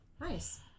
nice